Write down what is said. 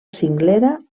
cinglera